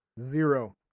Zero